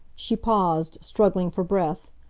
she paused, struggling for breath,